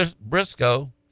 briscoe